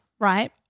right